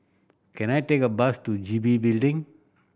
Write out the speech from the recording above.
can I take a bus to G B Building